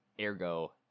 ergo